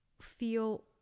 feel